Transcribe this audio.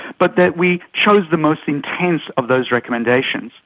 but that we chose the most intense of those recommendations.